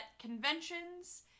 conventions